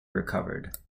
recovered